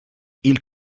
ils